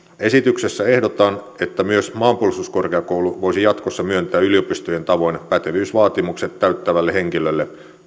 esityksessä ehdotan että myös maanpuolustuskorkeakoulu voisi jatkossa myöntää yliopistojen tavoin pätevyysvaatimukset täyttävällä henkilölle